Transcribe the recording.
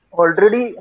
already